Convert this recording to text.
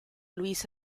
luisa